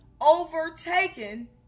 overtaken